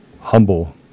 humble